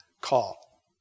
call